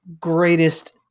greatest